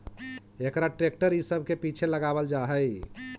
एकरा ट्रेक्टर इ सब के पीछे लगावल जा हई